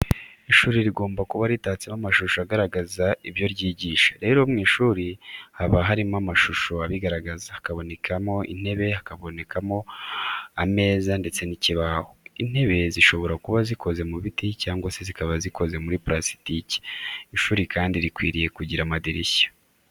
Ishuri rigomba kuba ritatsemo amashusho agaragaza ibyo ryigisha. Rero mu ishuri haba harimo amashusho abigaragaza, hakabamo intebe, hakabamo ameza ndetse n'ikibaho. Intebe zishobora kuba zikoze mu biti cyangwa se zikaba zikoza muri purasitike. Ishuri kandi rikwiriye kugira amadirishya.